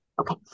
Okay